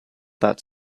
that